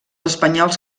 espanyols